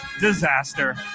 Disaster